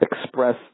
express